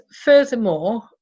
furthermore